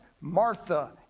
Martha